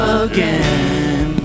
again